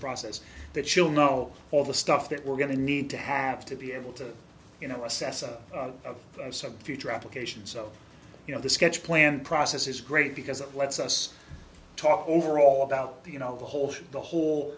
process that she'll know all the stuff that we're going to need to have to be able to you know assess or some future application so you know the sketch plan process is great because it lets us talk over all about the you know the whole the whole